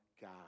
God